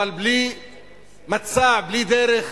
אבל בלי מצע, בלי דרך